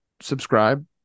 subscribe